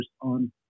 on